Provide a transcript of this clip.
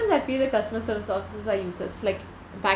I feel the customer service officers are useless like back